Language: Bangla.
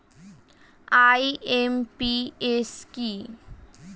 আই.এম.পি.এস কি?